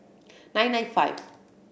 nine nine five